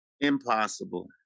Impossible